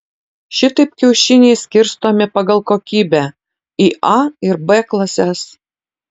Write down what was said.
šitaip kiaušiniai skirstomi pagal kokybę į a ir b klases